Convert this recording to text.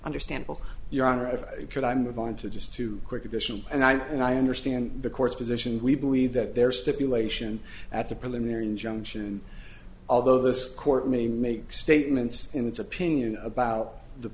understandable your honor if you could i move on to just two quick addition and i think i understand the court's position we believe that there stipulation at the preliminary injunction although this court may make statements in its opinion about the